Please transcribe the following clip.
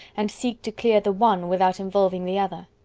and seek to clear the one without involving the other.